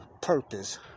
purpose